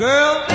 Girl